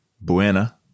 Buena